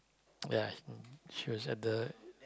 ya she was at the